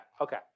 Okay